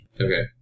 Okay